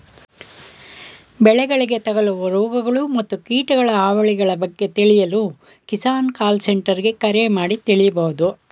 ಬೆಳೆಗಳಿಗೆ ತಗಲುವ ರೋಗಗಳು ಮತ್ತು ಕೀಟಗಳ ಹಾವಳಿಗಳ ಬಗ್ಗೆ ತಿಳಿಯಲು ಕಿಸಾನ್ ಕಾಲ್ ಸೆಂಟರ್ಗೆ ಕರೆ ಮಾಡಿ ತಿಳಿಬೋದು